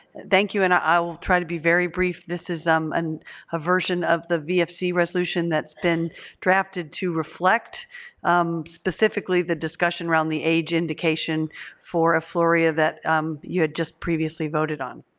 thank you and i will try to be very brief. this is um and a version of the vfc resolution that's been drafted to reflect specifically the discussion around the age indication for afluria that um you had just previously voted on.